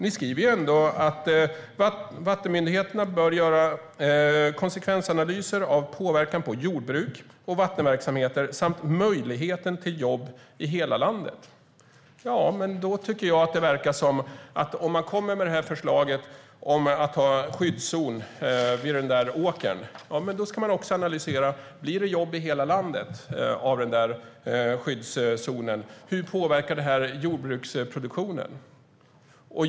Ni skriver ändå att vattenmyndigheterna bör göra konsekvensanalyser av påverkan på jordbruk och vattenverksamheter samt möjligheten till jobb i hela landet. Om man lägger fram förslag om att ha en skyddszon vid en åker, då ska man också analysera om det blir jobb i hela landet av skyddszonen. Hur påverkar det jordbruksproduktionen?